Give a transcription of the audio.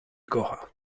kocha